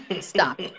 Stop